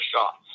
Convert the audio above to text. shots